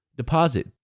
Deposit